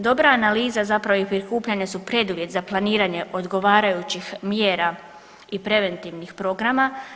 Dobra analiza zapravo i prikupljanja su preduvjet za planiranje odgovarajućih mjera i preventivnih programa.